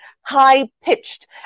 high-pitched